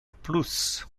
plus